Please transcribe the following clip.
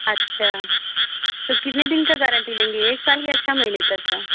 अच्छा तो कितने दिन की गारंटी लेंगे एक साल या छ महीने तक का